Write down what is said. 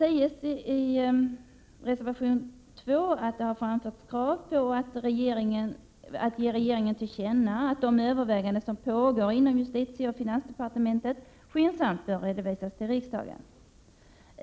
I reservation 2 framförs krav på att ge regeringen till känna att de överväganden som pågår inom justitieoch finansdepartementen skyndsamt bör redovisas till riksdagen.